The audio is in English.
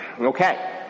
Okay